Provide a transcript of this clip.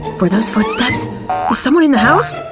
were those footsteps? is someone in the house?